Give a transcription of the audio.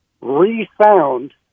re-found